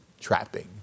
trapping